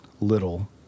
little